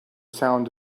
sound